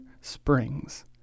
springs